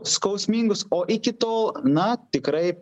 skausmingus o iki tol na tikrai